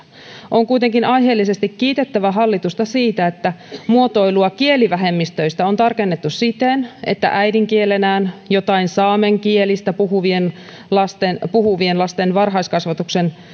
on kuitenkin aiheellisesti kiitettävä hallitusta siitä että muotoilua kielivähemmistöistä on tarkennettu siten että äidinkielenään jotain saamen kieltä puhuvien lasten puhuvien lasten varhaiskasvatuksen